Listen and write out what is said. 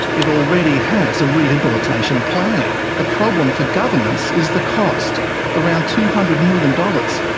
it already has a rehabilitation plan. the problem for governments is the cost around two hundred million dollars.